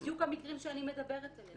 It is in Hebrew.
בדיוק המקרים שאני מדברת עליהם.